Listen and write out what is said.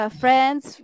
friends